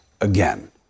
again